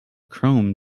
chrome